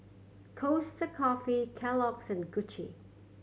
Costa Coffee Kellogg's and Gucci